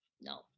No